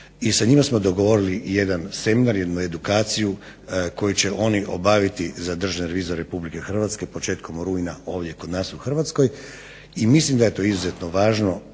i sa njima smo dogovorili jedan seminar jednu edukaciju koju će oni obaviti za državne revizore RH početkom rujna ovdje kod nas u Hrvatskoj i mislim da je to izuzetno važno